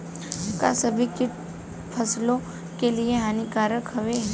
का सभी कीट फसलों के लिए हानिकारक हवें?